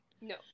No